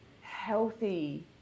healthy